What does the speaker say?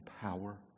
power